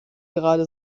gerade